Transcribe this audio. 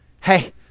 Hey